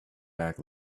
back